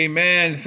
Amen